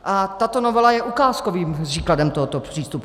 A tato novela je ukázkovým příkladem tohoto přístupu.